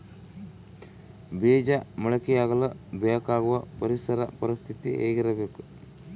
ಬೇಜ ಮೊಳಕೆಯಾಗಲು ಬೇಕಾಗುವ ಪರಿಸರ ಪರಿಸ್ಥಿತಿ ಹೇಗಿರಬೇಕು?